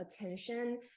attention